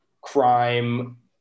crime